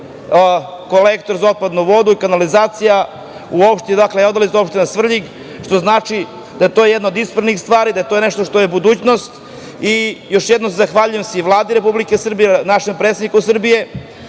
kolektor za otpadnu vodu i kanalizacija u opštini, dolazim iz opštine Svrljig, što znači da je to jedna od ispravnih stvari, da je to nešto što je budućnost. Još jednom se zahvaljujem Vladi Republike Srbije, našem predsedniku Srbije